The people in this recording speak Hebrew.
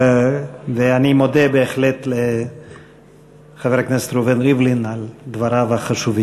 ואני מודה בהחלט לחבר הכנסת ראובן ריבלין על דבריו החשובים.